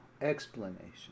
explanation